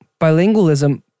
bilingualism